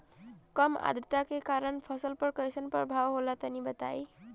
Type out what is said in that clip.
कम आद्रता के कारण फसल पर कैसन प्रभाव होला तनी बताई?